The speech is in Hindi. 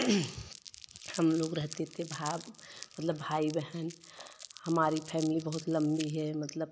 हम लोग रहते थे भा मतलब भाई बहन हमारी फैमिली बहुत लंबी है मतलब